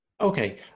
okay